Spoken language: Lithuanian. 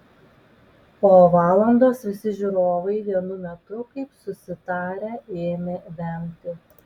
po valandos visi žiūrovai vienu metu kaip susitarę ėmė vemti